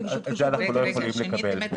את זה אנחנו לא יכולים לקבל.